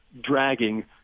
dragging